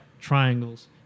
triangles